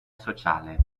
sociale